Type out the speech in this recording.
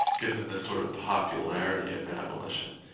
given the sort of popularity of abolition.